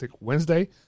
Wednesday